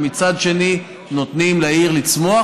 ומצד שני נותנים לעיר לצמוח,